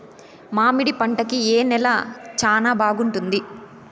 మామిడి పంట కి ఏ నేల చానా బాగుంటుంది